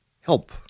help